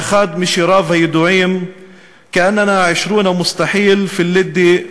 באחד משיריו הידועים: (אומר דברים בשפה הערבית)